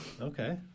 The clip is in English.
Okay